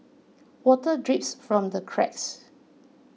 water drips from the cracks